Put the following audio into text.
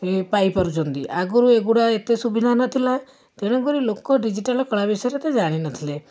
ପାଇପାରୁଛନ୍ତି ଆଗରୁ ଏଗୁରା ଏତେ ସୁବିଧା ନଥିଲା ତେଣୁକରି ଲୋକ ଡିଜିଟାଲ କଳା ବିଷୟରେ ଏତେ ଜାଣିନଥିଲେ